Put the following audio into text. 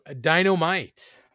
Dynamite